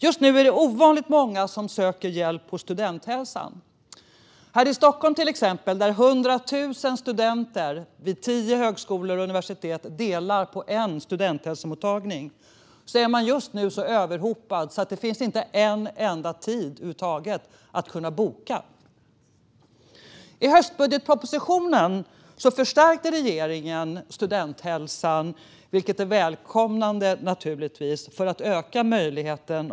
Just nu är det ovanligt många som söker hjälp hos studenthälsan. Här i Stockholm, till exempel, där 100 000 studenter vid tio högskolor och universitet delar på en studenthälsomottagning, är man just nu så överhopad att det inte finns en enda tid att boka. I höstbudgetpropositionen förstärkte regeringen studenthälsan för att öka möjligheten för studenthälsan att nå många studenter.